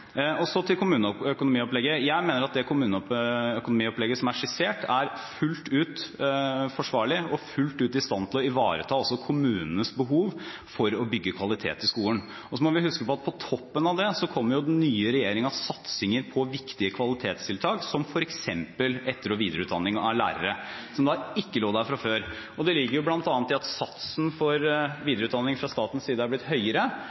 Så til kommuneøkonomiopplegget: Jeg mener at det kommuneøkonomiopplegget som er skissert, er fullt ut forsvarlig, og fullt ut i stand til å ivareta også kommunenes behov for å bygge kvalitet i skolen. Og så må vi huske at på toppen av det kommer den nye regjeringens satsinger på viktige kvalitetstiltak som f.eks. etter- og videreutdanning av lærere, som ikke lå der fra før. Og bl.a. gjennom at satsen for videreutdanning fra statens side er blitt høyere,